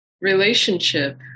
relationship